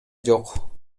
жок